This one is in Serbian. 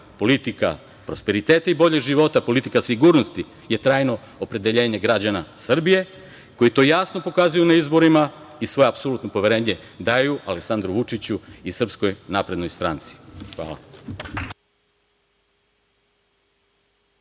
politika prosperiteta i boljeg života, politika sigurnosti je trajno opredeljenje građana Srbije, koji to jasno pokazuju na izborima i svoje apsolutno poverenje daju Aleksandru Vučiću i SNS. Hvala.